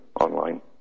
Online